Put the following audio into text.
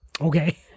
Okay